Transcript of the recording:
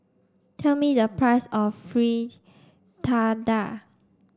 tell me the price of Fritada